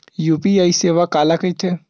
UPI सेवा काला कइथे?